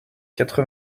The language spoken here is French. quatre